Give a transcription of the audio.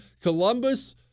Columbus